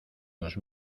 dos